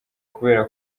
kubera